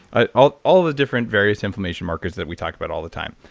ah all all the different various inflammation markers that we talk about all the time.